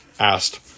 Asked